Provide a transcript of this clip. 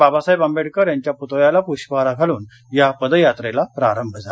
बाबासाहेब आंबेडकर यांच्या पुतळ्याला पुष्पहार घालून या पदयात्रेचा प्रारंभ झाला